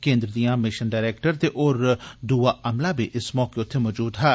केन्द्र दियां mission director ते होर दूआ अमला बी इस मौके उत्थैं मौजूद हा